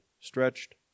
stretched